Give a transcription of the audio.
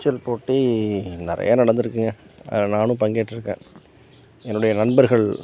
நீச்சல் போட்டி நிறையா நடந்துருக்குங்க அதில் நானும் பங்கேற்றுருக்கேன் என்னுடைய நண்பர்கள்